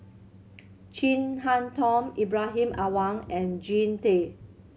Chin Harn Tong Ibrahim Awang and Jean Tay